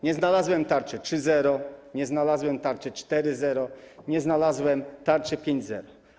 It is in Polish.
Nie znalazłem tarczy 3.0, nie znalazłem tarczy 4.0, nie znalazłem tarczy 5.0.